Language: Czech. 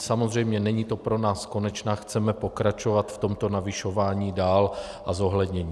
Samozřejmě není to pro nás konečná, chceme pokračovat dál v tomto navyšování a zohlednění.